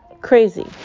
crazy